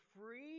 free